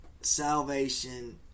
salvation